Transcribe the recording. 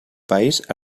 país